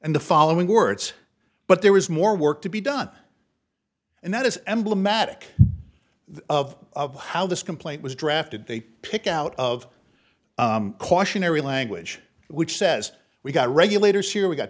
and the following words but there is more work to be done and that is emblematic of how this complaint was drafted they pick out of cautionary language which says we've got regulators here we've got